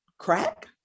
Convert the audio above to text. crack